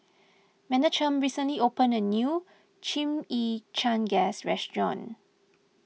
Menachem recently opened a new Chimichangas restaurant